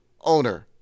owner